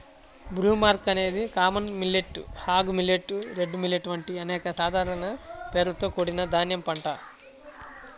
broomcorn అనేది common millet, hog millet, red millet వంటి అనేక సాధారణ పేర్లతో కూడిన ధాన్యం పంట